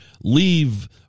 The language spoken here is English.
leave